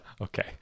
Okay